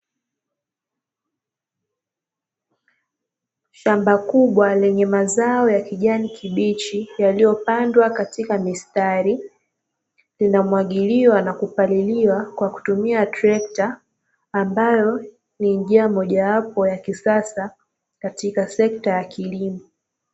Shamba kubwa lenye mazao ya kijani kibichi yaliyopandwa katika mistari. Linamwagiliwa na kupaliliwa kwa kutumia trekta ambayo ni njia mojawapo ya kisasa katika sekta ya kilimo.